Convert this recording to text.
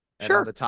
Sure